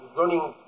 running